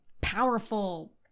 powerful